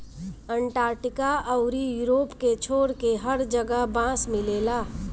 Antarctica अउरी Europe के छोड़के हर जगह बांस मिलेला